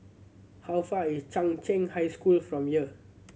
how far is Chung Cheng High School from here